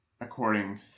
according